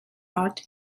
art